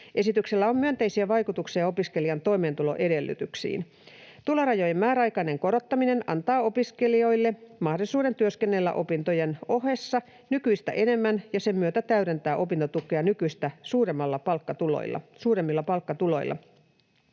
Esityksellä on myönteisiä vaikutuksia opiskelijan toimeentuloedellytyksiin. Tulorajojen määräaikainen korottaminen antaa opiskelijoille mahdollisuuden työskennellä opintojen ohessa nykyistä enemmän ja sen myötä täydentää opintotukea nykyistä suuremmilla palkkatuloilla.